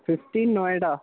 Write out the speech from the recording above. fifteen Noida